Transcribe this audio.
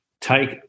take